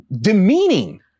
demeaning